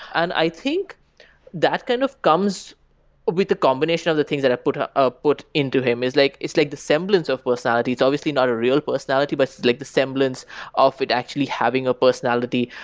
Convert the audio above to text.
and i think that kind of comes with the combination of the things that i've put ah ah put into him, like it's like resemblance of personality. it's obviously not a real personality, but like resemblance of it actually having a personality.